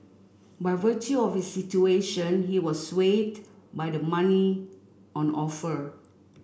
by virtue of situation he was swayed by the money on offer